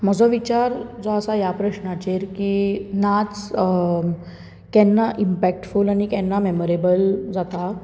म्हजो विचार जो आसा ह्या प्रश्नाचेर की नाच केन्ना इमपॅक्टफूल आनी केन्ना मॅमोरेबल जाता